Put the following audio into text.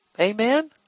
Amen